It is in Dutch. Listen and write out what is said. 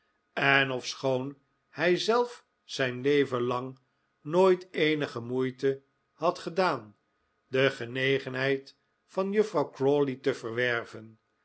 en ofschoon hijzelf zijn leven lang nooit eenige moeite had gedaan de genegenheid van juffrouw crawley te verwerven